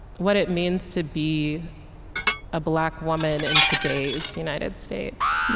what it means to be a black woman in today's united states